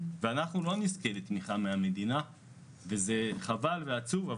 אנחנו לא נזכה לתמיכה מהמדינה וזה חבל ועצוב,